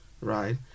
right